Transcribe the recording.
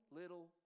little